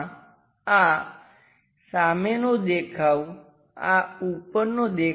તેના આધારે કોઈપણ આ સામેનો અને પાછળના દેખાવ પરથી આ પ્રકારનો 3D ઓબ્જેક્ટ્સને બનાવી શકે